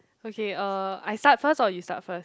okay uh I start first or you start first